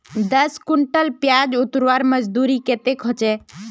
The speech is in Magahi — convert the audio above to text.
दस कुंटल प्याज उतरवार मजदूरी कतेक होचए?